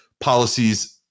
policies